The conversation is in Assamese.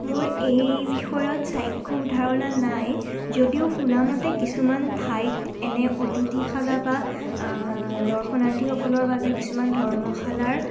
মোৰ এই বিষয়ত চাক্ষুষ ধাৰণা নাই যদিও শুনামতে কিছুমান ঠাইত এনে অতিথিশালা বা দৰ্শনাৰ্থীসকলৰ বাবে কিছুমান ধৰ্মশালাৰ